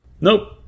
Nope